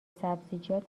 سبزیجات